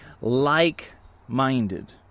like-minded